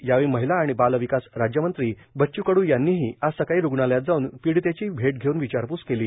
यावेळी महिला आणि बाल विकास राज्यमंत्री बच्च कड यांनी ही आज सकाळी रूग्णालयात जाऊन पिडीतेची भेट घेऊन विचारपस केली